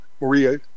Maria